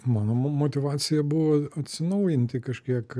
mano motyvacija buvo atsinaujinti kažkiek